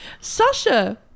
Sasha